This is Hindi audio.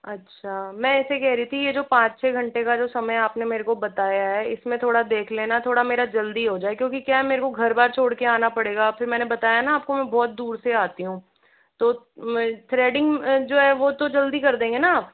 अच्छा मैं ऐसे कह रही थी ये जो पाँच छः घंटे का जो समय आपने मेर को बताया है इसमें थोड़ा देख लेना थोड़ा मेरा जल्दी हो जाए क्योंकि क्या है मेर को घर बार छोड़ के आना पड़ेगा फिर मैंने बताया न आपको मैं बहुत दूर से आती हूँ तो मैं थ्रेडिंग जो है वो तो जल्दी कर देंगे न आप